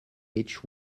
beech